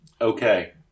Okay